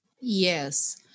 Yes